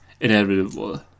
inevitable